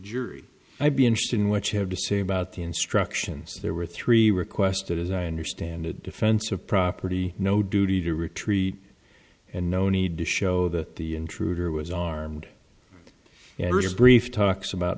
jury i'd be interested in which had to say about the instructions there were three requested as i understand it defense of property no duty to retreat and no need to show that the intruder was armed brief talks about